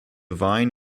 vine